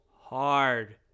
hard